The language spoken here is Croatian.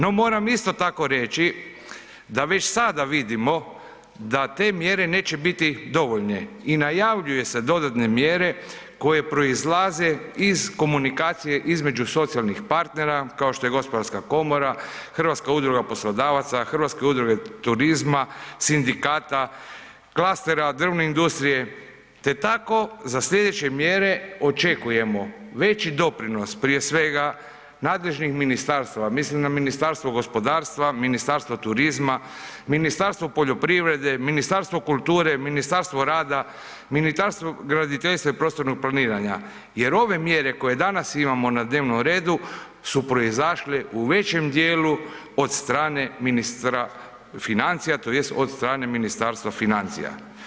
No, moram isto tako reći da već sada vidimo da te mjere neće biti dovoljne i najavljuju se dodatne mjere koje proizlaze iz komunikacije između socijalnih partnera kao što je HGK, HUP, Hrvatska udruga turizma, sindikata, klastera, drvne industrije, te tako za slijedeće mjere očekujemo veći doprinos prije svega nadležnih ministarstava, mislim na Ministarstvo gospodarstva, Ministarstvo turizma, Ministarstvo poljoprivrede, Ministarstvo kulture, Ministarstvo rada, Ministarstvo graditeljstva i prostornog planiranja jer ove mjere koje danas imamo na dnevnom redu su proizašle u većem dijelu od strane ministra financija tj. od strane Ministarstva financija.